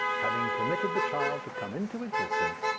having permitted the child to come into existence,